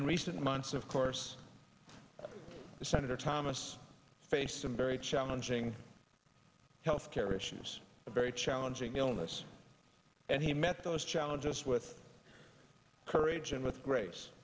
in recent months of course senator thomas faced some very challenging health care issues a very challenging illness and he met those challenges with courage and with grace